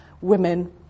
women